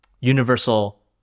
universal